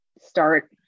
start